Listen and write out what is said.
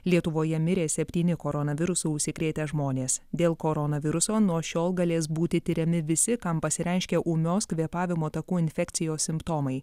lietuvoje mirė septyni koronavirusu užsikrėtę žmonės dėl koronaviruso nuo šiol galės būti tiriami visi kam pasireiškia ūmios kvėpavimo takų infekcijos simptomai